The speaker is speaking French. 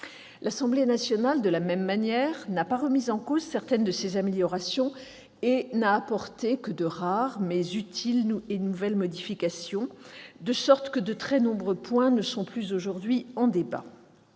L'Assemblée nationale, de la même manière, n'a pas remis en cause certaines de ces améliorations et n'a apporté que de rares, mais utiles, nouvelles modifications, de sorte que de nombreux points ne sont plus, aujourd'hui, en débat.